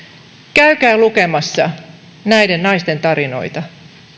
käykää lukemassa näiden naisten tarinoita